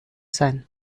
sein